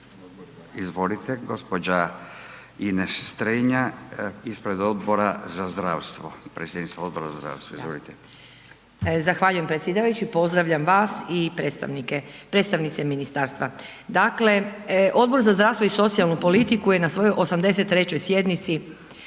Izvolite, gđa. Ines Strenja ispred Odbora za zdravstvo. Predsjednica Odbora za zdravstvo, izvolite. **Strenja, Ines (Nezavisni)** Zahvaljujem predsjedavajući. Pozdravljam vas i predstavnice ministarstva. Dakle, Odbor za zdravstvo i socijalnu politiku je na svojoj 83. sjednici